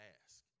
ask